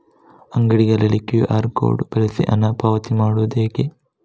ಅಂಗಡಿಗಳಲ್ಲಿ QR code ಬಳಸಿ ಹಣ ಪಾವತಿ ಮಾಡೋದು ಹೇಗೆ?